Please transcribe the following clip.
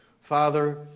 Father